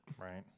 Right